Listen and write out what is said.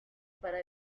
para